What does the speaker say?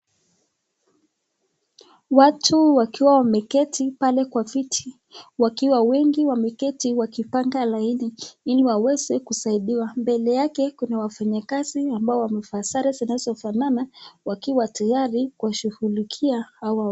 Watu wakiw wameketi pale kwa viti, wakiwa wengi wameketi wakipanga laini, ili waweze kusaidiwa. Mbele yake kuna wafanyakazi ambao wamevaa sare zinazofanana wakiwa tayari kuwashughulikia hawa.